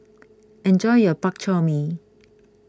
enjoy your Bak Chor Mee